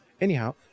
Anyhow